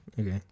Okay